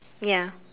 ya